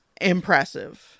Impressive